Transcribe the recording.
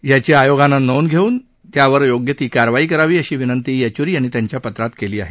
याची आयोगानं नोंद घेऊन यावर योग्य ती कारवाई करावी अशी विनंती येचुरी यांनी त्यांच्या पत्रात केली आहे